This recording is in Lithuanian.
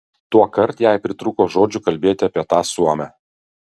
tuokart jai pritrūko žodžių kalbėti apie tą suomę